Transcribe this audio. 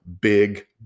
big